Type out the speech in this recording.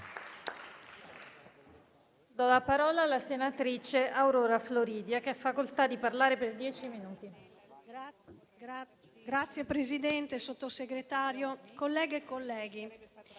Signor Presidente, Sottosegretario, colleghe e colleghi,